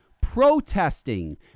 protesting